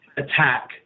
attack